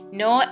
no